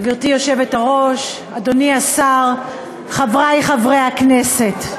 גברתי היושבת-ראש, אדוני השר, חברי חברי הכנסת,